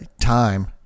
time